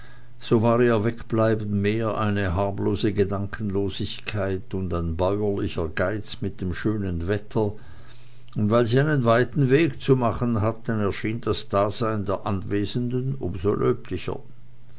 so war ihr wegbleiben mehr eine harmlose gedankenlosigkeit und ein bäuerlicher geiz mit dem schönen wetter und weil sie einen weiten weg zu machen hatten erschien das dasein der anwesenden um so